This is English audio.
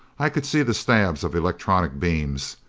i could see the stabs of electronic beams,